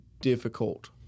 difficult